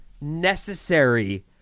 necessary